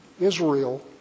Israel